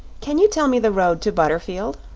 can you tell me the road to butterfield?